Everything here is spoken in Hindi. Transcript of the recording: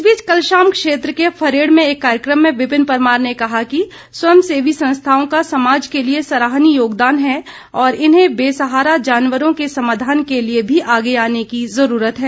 इस बीच कल शाम क्षेत्र के फरेड़ में एक कार्यक्रम में विपिन परमार ने कहा कि स्वयं सेवी संस्थाओं का समाज के लिए सराहनीय योगदान है और इन्हें बेसहारा जानवरों के समाधान के लिए भी आगे आने की ज़रूरत है